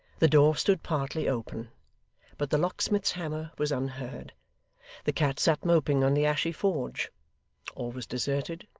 the door stood partly open but the locksmith's hammer was unheard the cat sat moping on the ashy forge all was deserted,